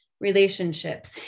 relationships